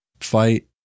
fight